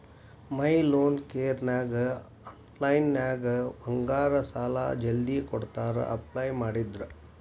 ಮೈ loan ಕೇರನ್ಯಾಗ ಆನ್ಲೈನ್ನ್ಯಾಗ ಬಂಗಾರ ಸಾಲಾ ಜಲ್ದಿ ಕೊಡ್ತಾರಾ ಅಪ್ಲೈ ಮಾಡಿದ್ರ